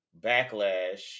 Backlash